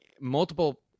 multiple